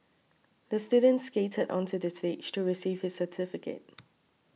the student skated onto the stage to receive his certificate